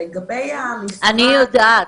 אני יודעת.